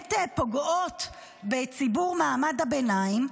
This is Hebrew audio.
באמת פוגעות בציבור מעמד הביניים.